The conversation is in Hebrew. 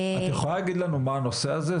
את יכולה להגיד לנו מה הנושא הזה?